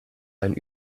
einen